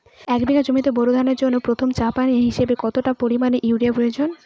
এক বিঘা জমিতে বোরো ধানের জন্য প্রথম চাপান হিসাবে কতটা পরিমাণ ইউরিয়া প্রয়োজন?